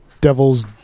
Devil's